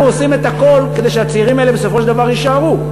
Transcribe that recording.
אנחנו עושים את הכול כדי שהצעירים האלה בסופו של דבר יישארו,